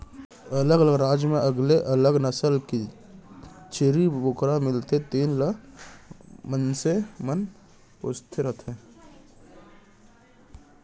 अलग अलग राज म अलगे अलग नसल के छेरी बोकरा मिलथे जेन ल मनसे मन पोसे रथें